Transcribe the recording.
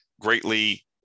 greatly